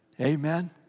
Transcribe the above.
Amen